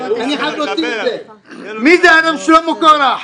אני חייב להוציא את זה: מי זה הרב שלמה קורח,